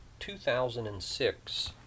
2006